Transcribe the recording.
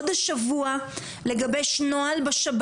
לא מדובר פה בהכרח בסיכון של פיגוע מיידי,